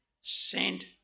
sent